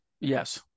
Yes